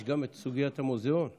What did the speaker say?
יש גם את סוגיית המוזיאון בלטרון.